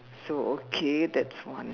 so okay that's one